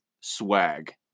swag